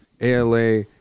ALA